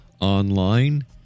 online